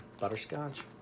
Butterscotch